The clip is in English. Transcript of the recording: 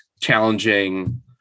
challenging